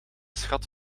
schat